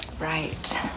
Right